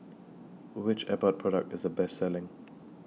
Which Abbott Product IS The Best Selling